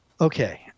Okay